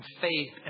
faith